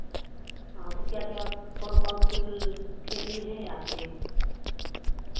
हाँ तो क्या क्या कौन कौन फूल खेत में हैं आपके